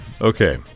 Okay